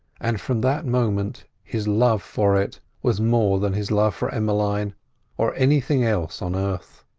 and from that moment his love for it was more than his love for emmeline or anything else on earth.